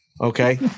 Okay